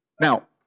Now